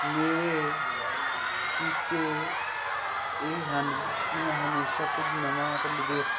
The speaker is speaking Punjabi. ਮੇਰੇ ਟੀਚੇ ਇਹ ਹਨ ਕਿ ਮੈਂ ਹਮੇਸ਼ਾ ਕੁਝ ਨਵਾਂ ਅਤੇ ਨਿਵੇਕ